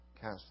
Cast